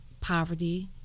Poverty